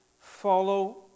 follow